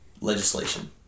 legislation